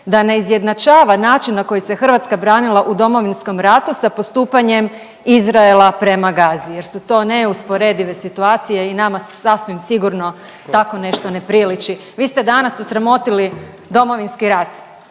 da ne izjednačava način na koji se Hrvatska branila u Domovinskom ratu sa postupanjem Izraela prema Gazi jer su to neusporedive situacije i nama sasvim sigurno tako nešto ne priliči. Vi ste danas osramotili Domovinski rat